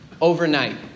overnight